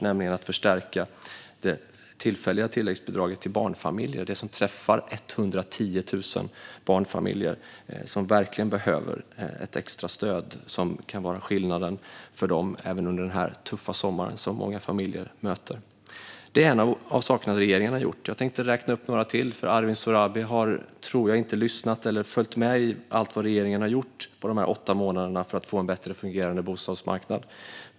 Vi har förstärkt det tillfälliga tillläggsbidraget till barnfamiljer, vilket träffar 110 000 barnfamiljer som verkligen behöver ett extra stöd. Det kan innebära skillnaden för dem under den tuffa sommar som många familjer nu möter. Det är en av de saker som regeringen har gjort. Jag tänkte räkna upp några till, för jag tror inte att Arwin Sohrabi har följt med i allt regeringen har gjort under dessa åtta månader för att få en bättre fungerande bostadsmarknad.